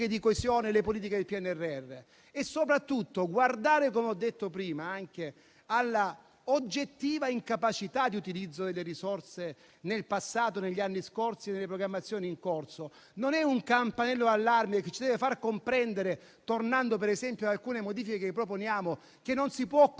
di coesione e le politiche del PNRR. E soprattutto, guardare alla oggettiva incapacità di utilizzo delle risorse nel passato, negli anni scorsi e nelle programmazioni in corso, non è un campanello d'allarme che ci deve far comprendere, tornando, per esempio, ad alcune modifiche che proponiamo, che non si può continuare